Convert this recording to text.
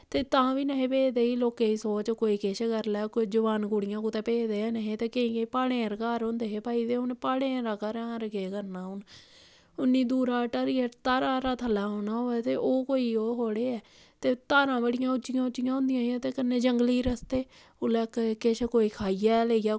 ते तां बी निं हे भेजदे कि कोई किश करी लैग जोआन कुड़ियां ते केईं कुदै भेजदे निं हे ते भई प्हाड़ें पर घर हे ते प्हाड़ें दे घरा पर केह् करना होर इन्नी दूरा घरा धारा उप्परा थल्ले औना होऐ ते ओह् कोई ओह् थोह्ड़े ऐ ते धारा बड़ियां उच्चियां उच्चियां होंदियां हियां कन्नै ते कन्नै जंगली रस्ते केोई किश खाइयै लेई जा किश